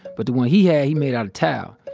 but, the one he had, he made out of towel.